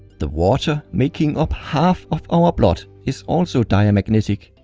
the water making up half of our blood is also diamagnetic.